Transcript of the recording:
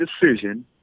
decision